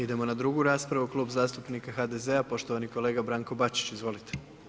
Idemo na drugu raspravu, Klub zastupnika HDZ-a, poštovani kolega Branko Bačić, izvolite.